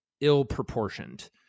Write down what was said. ill-proportioned